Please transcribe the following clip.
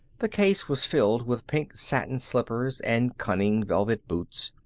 the case was filled with pink satin slippers and cunning velvet boots,